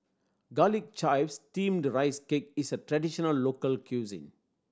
Garlic Chives Steamed Rice Cake is a traditional local cuisine